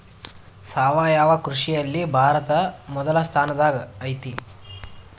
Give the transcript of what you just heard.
ಸಾವಯವ ಕೃಷಿಯಲ್ಲಿ ಭಾರತ ಮೊದಲ ಸ್ಥಾನದಾಗ್ ಐತಿ